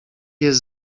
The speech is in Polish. jest